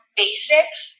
basics